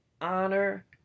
honor